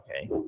okay